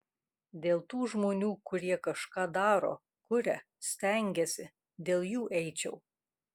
dėl tų žmonių kurie kažką daro kuria stengiasi dėl jų eičiau